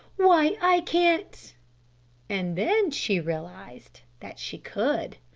why, i can't and then she realised that she could.